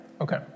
Okay